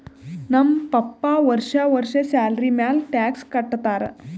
ನಮ್ ಪಪ್ಪಾ ವರ್ಷಾ ವರ್ಷಾ ಸ್ಯಾಲರಿ ಮ್ಯಾಲ ಟ್ಯಾಕ್ಸ್ ಕಟ್ಟತ್ತಾರ